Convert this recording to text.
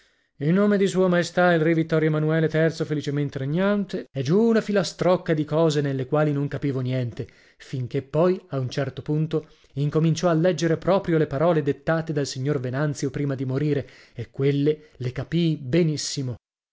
in nome di sua maestà il re ittorio manuele felicemente regnante e giù una filastrocca di cose nelle quali non capivo niente finché poi a un certo punto incominciò a leggere proprio le parole dettate dal signor venanzio prima di morire e quelle le capii benissimo